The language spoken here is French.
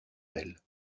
elle